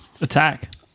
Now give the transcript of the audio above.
Attack